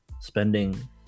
spending